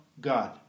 God